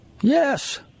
Yes